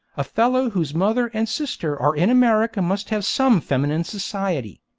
a fellow whose mother and sister are in america must have some feminine society!